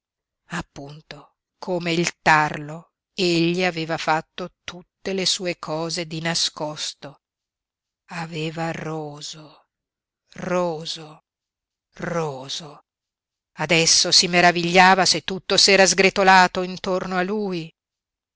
appunto come il tarlo egli aveva fatto tutte le sue cose di nascosto aveva roso roso roso adesso si meravigliava se tutto s'era sgretolato intorno a lui